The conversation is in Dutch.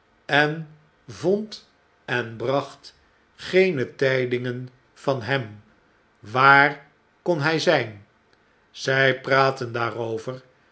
en vond en bracht geene tydingen van hem waar kon hy zijn zij praatten daarover